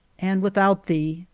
and without thee,